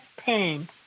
pain